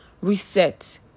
reset